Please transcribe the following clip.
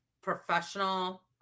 professional